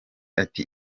ati